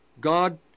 God